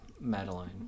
madeline